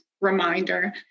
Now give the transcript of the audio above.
reminder